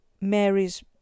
Mary's